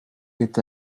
est